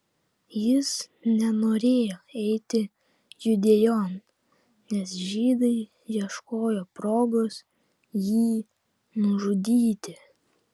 jis nenorėjo eiti judėjon nes žydai ieškojo progos jį nužudyti